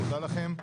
תודה לכם.